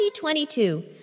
2022